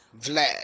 Vlad